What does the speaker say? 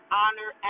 honor